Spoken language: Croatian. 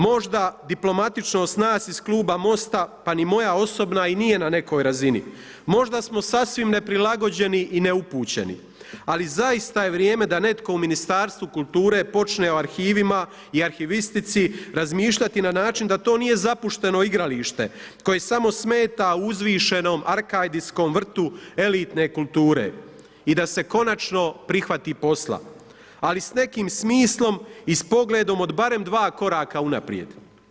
Možda diplomatičnost nas iz klub Most-a pa i moja osobna i nije na nekoj razini, možda smo sasvim neprilagođeni i neupućeni, ali zaista je vrijeme da netko u Ministarstvu kulture počne o arhivima i arhivistici razmišljati na način da to nije zapušteno igralište koje samo smeta u uzvišenom arkadijskom vrtu elitne kulture i da se konačno prihvati posla, ali s nekim smislom i pogledom od barem dva koraka unaprijed.